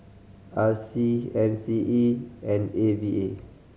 R C M C E and A V A